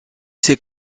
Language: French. sais